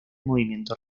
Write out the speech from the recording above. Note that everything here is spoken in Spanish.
movimiento